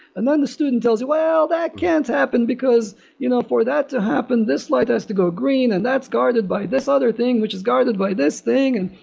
and then the student tells you, well, that can't happen, because you know for that to happen this light has to go green and that's guarded by this other thing, which is guarded by this thing.